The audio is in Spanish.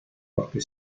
porque